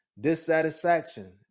dissatisfaction